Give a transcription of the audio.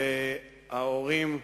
וההורים הוזהרו,